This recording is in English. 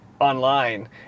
online